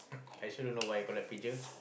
I also don't know why I collect pager